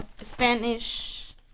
Spanish